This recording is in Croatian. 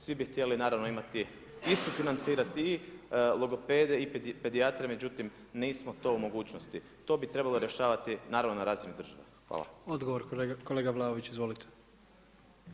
Svi bi htjeli naravno imati istu financirati i logopede i pedijatre međutim nismo to u mogućnosti, to bi trebalo rješavati naravno na razini države.